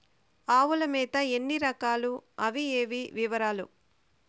ఆవుల మేత ఎన్ని రకాలు? అవి ఏవి? వివరాలు?